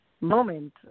moment